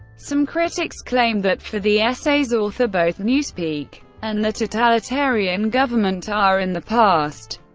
some critics claim that for the essay's author, both newspeak and the totalitarian government are in the past.